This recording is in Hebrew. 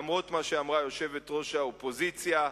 למרות מה שאמרה יושבת-ראש האופוזיציה,